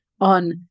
on